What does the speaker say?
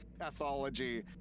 pathology